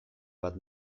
bat